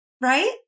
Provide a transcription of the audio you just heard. Right